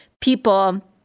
people